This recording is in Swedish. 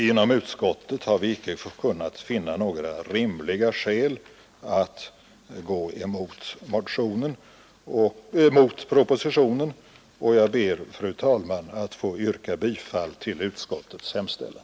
Inom utskottet har vi icke kunnat finna några rimliga skäl att gå emot propositionen, och jag ber, fru talman, att få yrka bifall till utskottets hemställan.